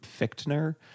Fichtner